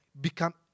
become